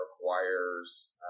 requires